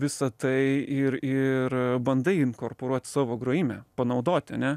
visa tai ir ir bandai inkorporuot savo grojime panaudot ane